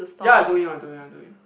ya I told him I told him I told him